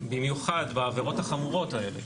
במיוחד בעבירות החמורות האלה,